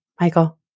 Michael